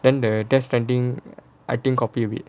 then the death stranding I think copy with